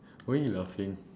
why are you laughing